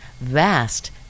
vast